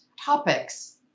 topics